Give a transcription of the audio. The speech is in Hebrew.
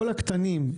כל הקטנים,